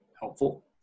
helpful